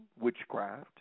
witchcraft